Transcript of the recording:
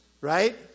right